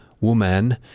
woman